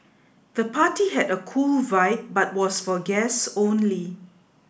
the party had a cool vibe but was for guests only